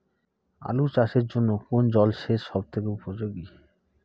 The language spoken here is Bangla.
আলু চাষের জন্য কোন জল সেচ সব থেকে উপযোগী?